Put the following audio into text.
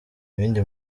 ibindi